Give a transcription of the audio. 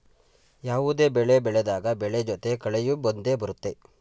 ಯಾವುದೇ ಬೆಳೆ ಬೆಳೆದಾಗ ಬೆಳೆ ಜೊತೆ ಕಳೆಯೂ ಬಂದೆ ಬರುತ್ತೆ